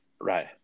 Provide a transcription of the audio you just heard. Right